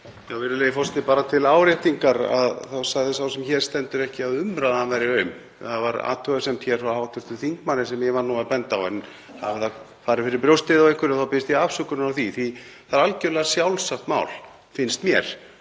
Virðulegi forseti. Bara til áréttingar þá sagði sá sem hér stendur ekki að umræðan væri aum, það var athugasemd frá hv. þingmanni sem ég var að benda á, en hafi það farið fyrir brjóstið á einhverjum þá biðst ég afsökunar á því. Það er algerlega sjálfsagt mál, finnst mér,